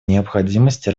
необходимости